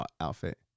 outfit